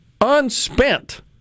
unspent